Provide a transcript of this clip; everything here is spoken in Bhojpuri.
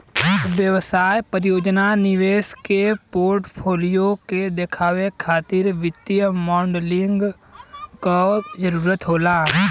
व्यवसाय परियोजना निवेश के पोर्टफोलियो के देखावे खातिर वित्तीय मॉडलिंग क जरुरत होला